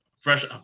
fresh